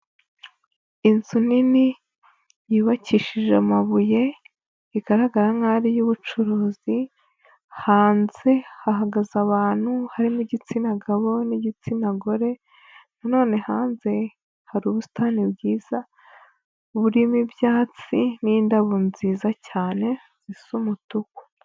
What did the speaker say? Inzu nini yubakishije amabuye, igaragara nkaho ari iyubucuruzi, hanze hahagaze abantu harimo igitsina gabo n'igitsina gore, na none hanze hari ubusitani bwiza burimo ibyatsi n'indabyo nziza cyane, zisa umutuku.